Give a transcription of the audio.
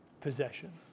possession